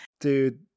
Dude